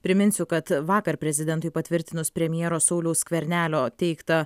priminsiu kad vakar prezidentui patvirtinus premjero sauliaus skvernelio teiktą